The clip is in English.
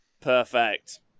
Perfect